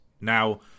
now